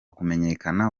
kumenyekana